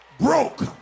broke